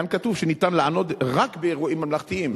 כאן כתוב שניתן לענוד רק באירועים ממלכתיים.